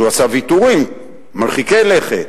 שהוא עשה ויתורים מרחיקי לכת,